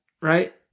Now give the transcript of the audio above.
right